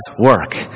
work